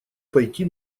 пойти